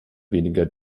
weniger